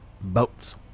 Boats